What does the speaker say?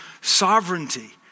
sovereignty